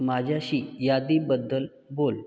माझ्याशी यादीबद्दल बोल